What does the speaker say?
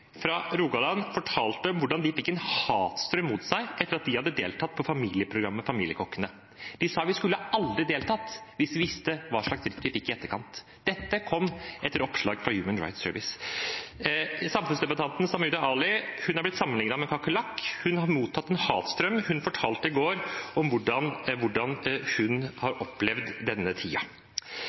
fra Rogaland fortalte om hvordan de fikk en hatstrøm mot seg etter at de hadde deltatt på familieprogrammet Familiekokkene. De sa at de aldri skulle ha deltatt hvis de hadde visst hva slags dritt de ville få i etterkant. Dette kom etter oppslag fra Human Rights Service. Samfunnsdebattanten Sumaya Jirde Ali har blitt sammenlignet med en kakerlakk, hun har mottatt en hatstrøm. Hun fortalte i går om hvordan hun har opplevd denne